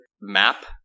map